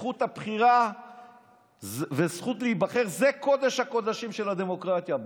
זכות הבחירה והזכות להיבחר זה קודש הקודשים של הדמוקרטיה.